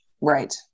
right